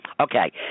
Okay